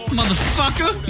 Motherfucker